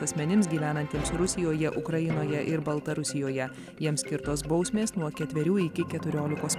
asmenims gyvenantiems rusijoje ukrainoje ir baltarusijoje jiems skirtos bausmės nuo ketverių iki keturiolikos